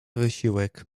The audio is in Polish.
wysiłek